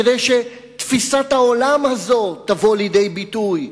כדי שתפיסת העולם הזאת תבוא לידי ביטוי,